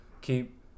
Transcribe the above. keep